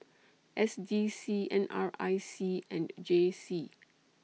S D C N R I C and J C